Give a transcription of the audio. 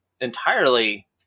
entirely